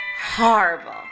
horrible